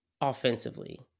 offensively